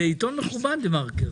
זה עיתון מכובד דה-מרקר,